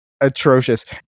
Atrocious